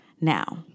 now